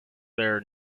their